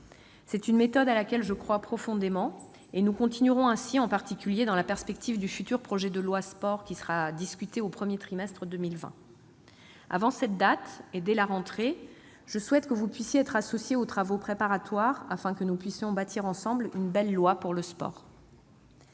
C'est une méthode à laquelle je crois profondément. Nous continuerons ainsi, en particulier dans la perspective du futur projet de loi Sport qui sera discuté au cours du premier trimestre 2020. Avant cette date et dès la rentrée, je souhaite que vous puissiez être associés aux travaux préparatoires, afin que nous puissions bâtir ensemble une belle loi pour le sport